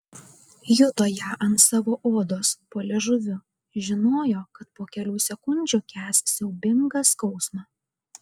juto ją ant savo odos po liežuviu žinojo kad po kelių sekundžių kęs siaubingą skausmą